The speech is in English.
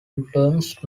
influenced